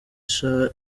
sha